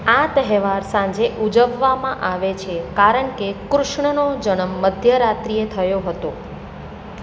આ તહેવાર સાંજે ઉજવવામાં આવે છે કારણ કે કૃષ્ણનો જન્મ મધ્યરાત્રિએ થયો હતો